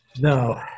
No